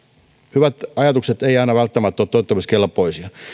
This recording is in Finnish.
hyvät ajatukset eivät aina välttämättä ole toteuttamiskelpoisia